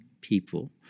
people